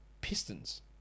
Pistons